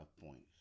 points